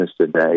today—